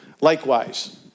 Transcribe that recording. Likewise